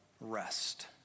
rest